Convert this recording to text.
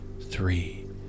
three